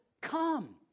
come